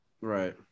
Right